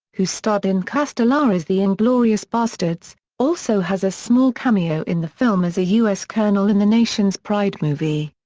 who starred in castellari's the inglorious bastards, also has a small cameo in the film as a us colonel in the nation's pride movie.